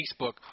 Facebook